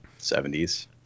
70s